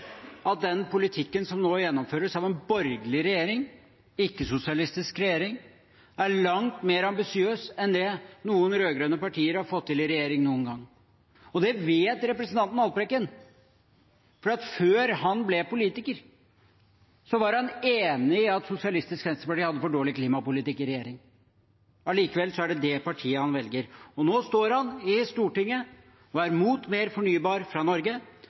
at den politikken som nå gjennomføres av en borgerlig regjering, ikke-sosialistisk regjering, er langt mer ambisiøs enn det noen rød-grønne partier har fått til i regjering noen gang. Det vet representanten Haltbrekken. For før han ble politiker, var han enig i at Sosialistisk Venstreparti hadde for dårlig klimapolitikk i regjering. Allikevel er det det partiet han velger. Og nå står han i Stortinget og er mot mer fornybart fra Norge,